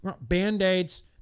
Band-Aids